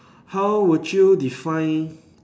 how would you define